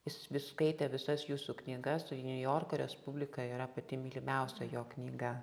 jis vis skaitė visas jūsų knyga o niujorko respublika yra pati mylimiausia jo knyga